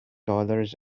dollars